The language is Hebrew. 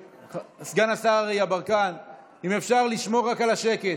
סגן השר יברקן, אם אפשר לשמור על השקט.